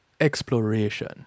exploration